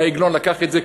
העגלון לקח את זה,